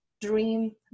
dream